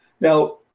Now